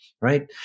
right